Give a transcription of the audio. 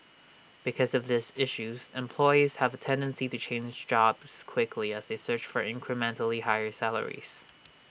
because of these issues employees have A tendency to change jobs quickly as they search for incrementally higher salaries